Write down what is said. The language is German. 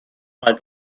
mal